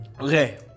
Okay